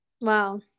Wow